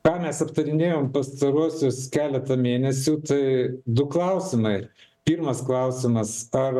ką mes aptarinėjom pastaruosius keletą mėnesių tai du klausimai pirmas klausimas ar